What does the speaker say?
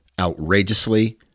outrageously